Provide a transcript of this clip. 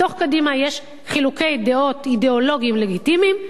בתוך קדימה יש חילוקי דעות אידיאולוגיים לגיטימיים,